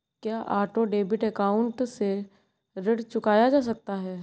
क्या auto debit account से ऋण चुकाया जा सकता है?